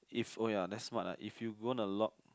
if oh ya that's smart ah if you gonna lock